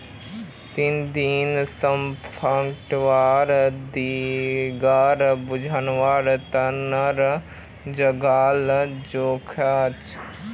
trending सॉफ्टवेयरक दिनेर बिजनेसेर तने जनाल जाछेक